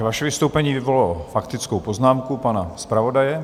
Vaše vystoupení vyvolalo faktickou poznámku pana zpravodaje.